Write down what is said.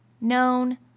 known